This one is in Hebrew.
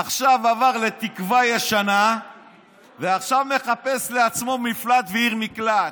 עכשיו עבר לתקווה ישנה ועכשיו מחפש לעצמו מפלט ועיר מקלט.